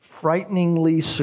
frighteningly